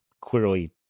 clearly